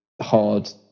hard